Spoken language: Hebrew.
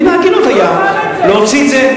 מן ההגינות היה להוציא את זה,